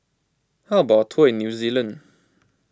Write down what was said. how about a tour in New Zealand